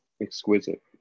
exquisite